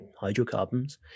hydrocarbons